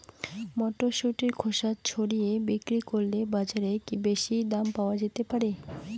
মটরশুটির খোসা ছাড়িয়ে বিক্রি করলে বাজারে কী বেশী দাম পাওয়া যেতে পারে?